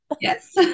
Yes